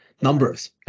Numbers